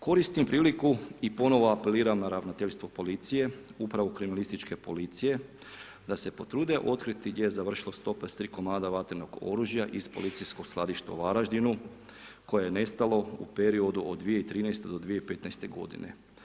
Koristim priliku i ponovo apeliram na Ravnateljstvo policije upravo kriminalističke policije da se potrude otkriti gdje je završilo 153 komada vatrenog oružja iz policijskog skladišta u Varaždinu koje je nestalo u periodu od 2013. do 2015. godine.